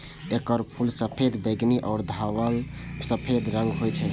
एकर फूल सफेद, बैंगनी आ धवल सफेद रंगक होइ छै